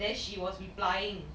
then she was replying